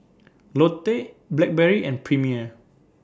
Lotte Blackberry and Premier